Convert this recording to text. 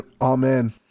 Amen